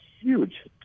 huge